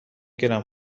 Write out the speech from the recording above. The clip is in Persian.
گیرم